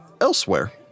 Elsewhere